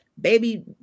baby